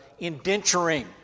indenturing